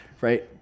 right